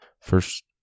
first